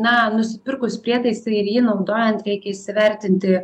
na nusipirkus prietaisą ir jį naudojant reikia įsivertinti